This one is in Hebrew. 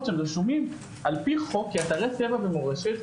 שהם רשומים על פי חוק כאתרי טבע ומורשת,